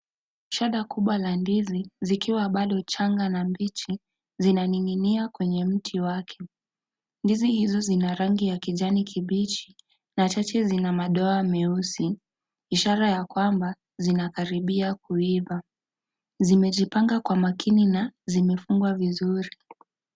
Shada kubwa la ndizi likiwa bado changa na mbichi linaning'inia kwenye mti wake. Ndizi hizo zina rangi ya kijani kibichi na chache zina madoa meusi, ishara ya kwamba zinakaribia kuiva. Zimejipanga kwa makini na zimefungwa vizuri.